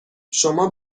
شما